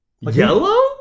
Yellow